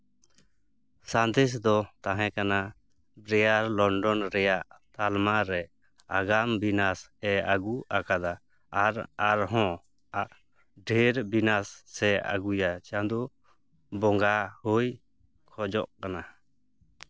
ᱥᱟᱸᱫᱮᱥ ᱫᱚ ᱛᱟᱦᱮᱸ ᱠᱟᱱᱟ ᱵᱨᱤᱭᱟᱨ ᱞᱚᱱᱰᱚᱱ ᱨᱮᱭᱟᱜ ᱛᱟᱞᱢᱟ ᱨᱮ ᱟᱜᱟᱢ ᱵᱤᱱᱟᱥ ᱮ ᱟᱹᱜᱩ ᱟᱠᱟᱫᱟ ᱟᱨ ᱟᱨᱦᱚᱸ ᱰᱷᱮᱨ ᱵᱤᱱᱟᱥᱮ ᱟᱹᱜᱩᱭᱟ ᱪᱟᱸᱫᱳ ᱵᱚᱸᱜᱟ ᱦᱩᱭ ᱠᱷᱚᱡᱚᱜ ᱠᱟᱱᱟ